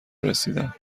رسیدم